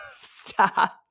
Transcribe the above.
stop